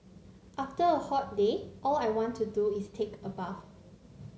after a hot day all I want to do is take a bath